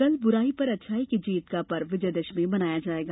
कल बुराई पर अच्छाई की जीत का पर्व विजयादशमी मनाया जायेगा